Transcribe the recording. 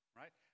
right